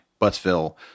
Buttsville